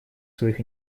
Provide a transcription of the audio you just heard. своих